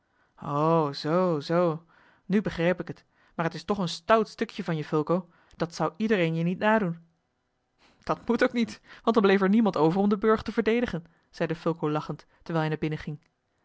o zoo zoo nu begrijp ik het maar het is toch een stout stuk van je fulco dat zou iedereen je niet nadoen dat moet ook niet want dan bleef er niemand over om den burcht te verdedigen zeide fulco lachend terwijl hij naar binnen ging